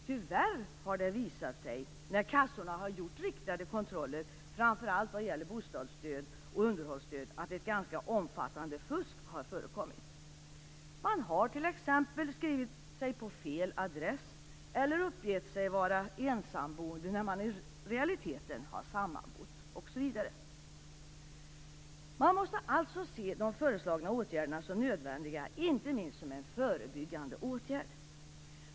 Tyvärr har det visat sig - när kassorna har gjort riktade kontroller framför allt när det gäller bostadsstöd och underhållsstöd - att ett ganska omfattande fusk har förekommit. Man har t.ex. skrivit sig på fel adress eller uppgett sig vara ensamboende när man i realiteten har sammanbott, osv. Man måste alltså se de föreslagna åtgärderna som nödvändiga, inte minst som en förebyggande åtgärd.